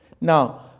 Now